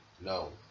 no